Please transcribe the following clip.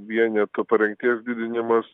vieneto parengties didinimas